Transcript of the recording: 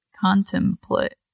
contemplate